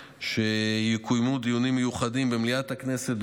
שיקוימו דיונים מיוחדים במליאת הכנסת,